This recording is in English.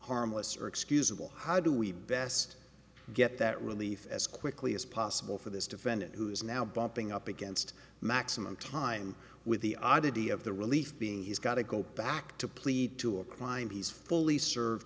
harmless or excusable how do we best get that relief as quickly as possible for this defendant who is now bumping up against maximum time with the oddity of the relief being he's got to go back to plead to a crime he's fully serve